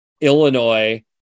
Illinois